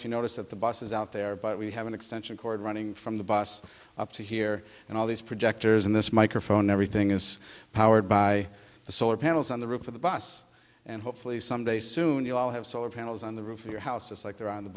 if you notice that the bus is out there but we have an extension cord running from the bus up to here and all these projectors and this microphone everything is powered by the solar panels on the roof of the bus and hopefully someday soon you'll have solar panels on the roof of your house just like there on the